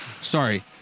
Sorry